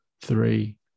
three